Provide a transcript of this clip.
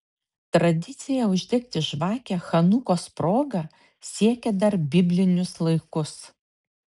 tradicija uždegti žvakę chanukos proga siekia dar biblinius laikus